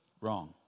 wrong